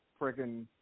freaking